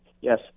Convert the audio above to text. Yes